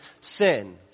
sin